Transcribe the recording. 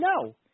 No